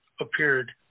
appeared